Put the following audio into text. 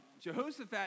Jehoshaphat